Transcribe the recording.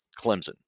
Clemson